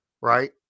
right